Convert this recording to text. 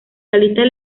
realistas